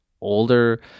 older